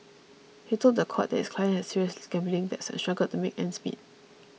he told the court that his client had serious gambling debts and struggled to make ends meet